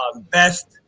Best